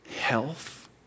health